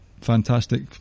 fantastic